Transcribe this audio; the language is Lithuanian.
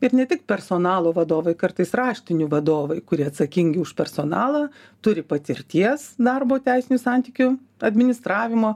ir ne tik personalo vadovai kartais raštinių vadovai kurie atsakingi už personalą turi patirties darbo teisinių santykių administravimo